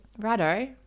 Righto